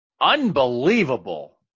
unbelievable